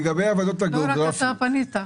לא רק אתה פנית,